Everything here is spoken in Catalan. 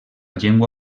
llengua